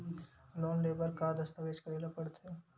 Loan ले बर का का दस्तावेज करेला पड़थे?